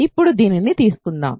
ఇప్పుడు దీనిని తీసుకుందాం